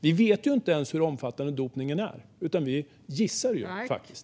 Vi vet inte ens hur omfattande dopningen är, utan vi gissar faktiskt.